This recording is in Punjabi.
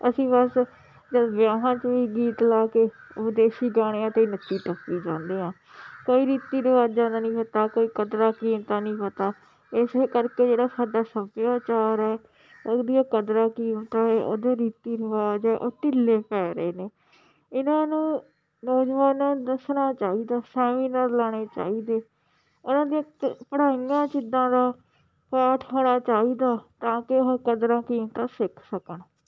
ਅਸੀਂ ਬਸ ਜਦ ਵਿਆਹਾਂ 'ਚ ਵੀ ਗੀਤ ਲਾ ਕੇ ਵਿਦੇਸ਼ੀ ਗਾਣਿਆਂ 'ਤੇ ਨੱਚੀ ਟੱਪੀ ਜਾਂਦੇ ਹਾਂ ਕੋਈ ਰੀਤੀ ਰਿਵਾਜਾਂ ਦਾ ਨਹੀਂ ਪਤਾ ਕੋਈ ਕਦਰਾਂ ਕੀਮਤਾਂ ਨਹੀਂ ਪਤਾ ਇਸ ਕਰਕੇ ਜਿਹੜਾ ਸਾਡਾ ਸੱਭਿਆਚਾਰ ਹੈ ਉਹਦੀਆਂ ਕਦਰਾਂ ਕੀਮਤਾਂ ਹੈ ਉਹਦੇ ਰੀਤੀ ਰਿਵਾਜ ਹੈ ਉਹ ਢਿੱਲੇ ਪੈ ਰਹੇ ਨੇ ਇਹਨਾਂ ਨੂੰ ਨੌਜਵਾਨਾਂ ਨੂੰ ਦੱਸਣਾ ਚਾਹੀਦਾ ਸੈਮੀਨਾਰ ਲਾਉਣੇ ਚਾਹੀਦੇ ਉਹਨਾਂ ਦੀਆਂ ਕ ਪੜ੍ਹਾਈਆਂ ਚੀਜ਼ਾਂ ਦਾ ਪਾਠ ਹੋਣਾ ਚਾਹੀਦਾ ਤਾਂ ਕਿ ਉਹ ਕਦਰਾਂ ਕੀਮਤਾਂ ਸਿੱਖ ਸਕਣ